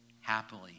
happily